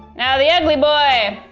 now, the ugly boy. a